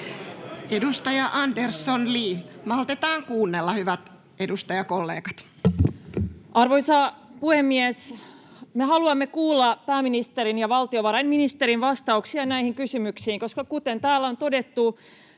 (Li Andersson vas) Time: 16:07 Content: Arvoisa puhemies! Me haluamme kuulla pääministerin ja valtiovarainministerin vastauksia näihin kysymyksiin, koska kuten täällä on todettu,